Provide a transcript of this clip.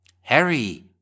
Harry